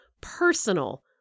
personal